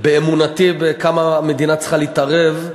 כמה המדינה צריכה להתערב.